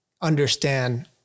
understand